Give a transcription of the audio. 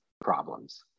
problems